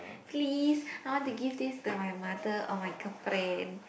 please I want to give this to my mother or my girlfriend